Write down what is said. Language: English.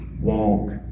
walk